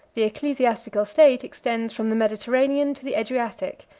the ecclesiastical state extends from the mediterranean to the adriatic,